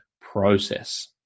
process